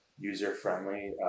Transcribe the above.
user-friendly